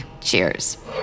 cheers